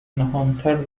نهانتر